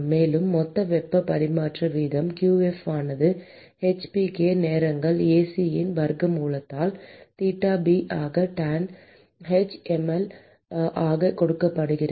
மேலும் மொத்த வெப்பப் பரிமாற்ற வீதம் qf ஆனது h p k நேரங்கள் Ac இன் வர்க்க மூலத்தால் தீட்டா b ஆக tanh mL ஆகக் கொடுக்கப்படுகிறது